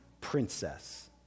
princess